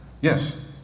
Yes